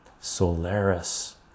Solaris